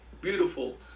Beautiful